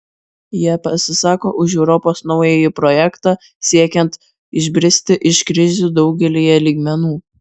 jie pasisako už europos naująjį projektą siekiant išbristi iš krizių daugelyje lygmenų